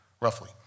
Roughly